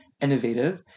innovative